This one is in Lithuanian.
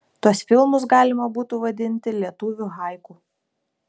tuos filmus galima būtų vadinti lietuvių haiku